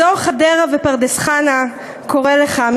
אזור חדרה ופרדס-חנה קורא לך,